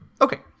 Okay